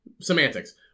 semantics